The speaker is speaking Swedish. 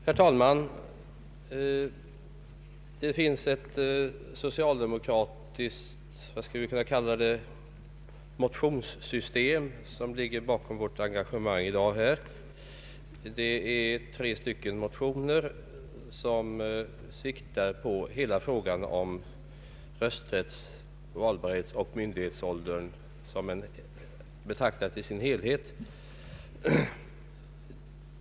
Herr talman! Det finns ett socialdemokratiskt ”motionssystem” som ligger bakom vårt engagemang här i dag. Det är tre motioner som omfattar frågorna om rösträtts-, valbarhetsoch myndighetsålder, betraktade som helhet.